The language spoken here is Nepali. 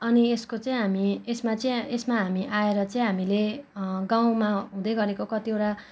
अनि यसको चाहिँ हामी यसमा चाहिँ यसमा हामी आएर चाहिँ हामीले गाँउमा हुदैँ गरेको कतिवटा